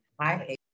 Hi